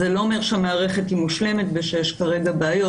זה לא אומר שהמערכת מושלמת ושאין בעיות,